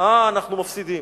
אה, אנחנו מפסידים.